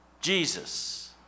Jesus